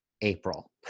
April